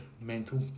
mental